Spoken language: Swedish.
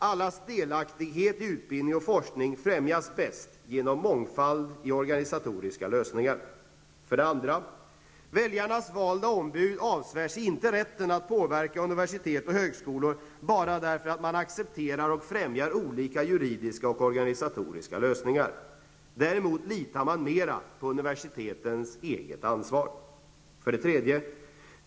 Allas delaktighet i utbildning och forskning främjas bäst genom mångfald i organisatoriska lösningar. 2. Väljarnas valda ombud avsvär sig inte rätten att påverka universitet och högskolor bara därför att man accepterar och främjar olika juridiska och organisatoriska lösningar. Däremot litar man mera på universitetens eget ansvar. 3.